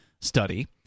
study